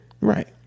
Right